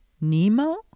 Nemo